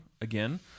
again